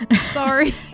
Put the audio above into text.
Sorry